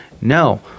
No